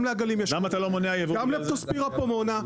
גם לעגלים יש -- גם לפטוספירה פומונה.